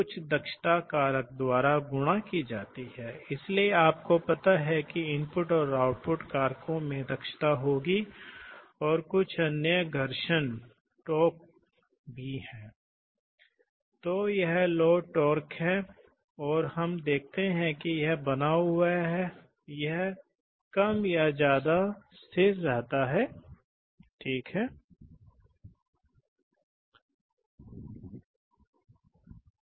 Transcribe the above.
तो ये समय बहुत से कारकों पर निर्भर करता है जैसे चैंबर वॉल्यूम पोर्ट पाइप का आकार एग्जॉस्ट प्रेशर इन अपस्ट्रीम और डाउनस्ट्रीम प्रेशर के अनुपात को क्या कहते हैं इसी तरह से ऐसे भी हैं आप जानते हैं कि इन समयों के लिए आवश्यक है सिनॉइड कॉइल इंडक्शन इनरशीआ वगैरह